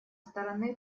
стороны